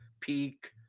Peak